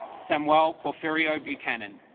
samwell porfirio buchanan